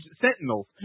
Sentinels